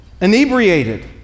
inebriated